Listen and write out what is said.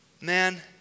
Man